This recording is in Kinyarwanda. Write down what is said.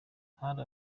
hari